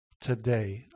today